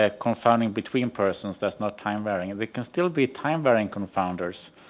ah confounding between persons that's not time varying. and there can still be time varying confounders